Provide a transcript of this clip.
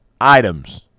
items